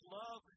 love